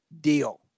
deal